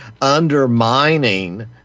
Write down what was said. undermining